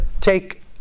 take